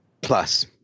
plus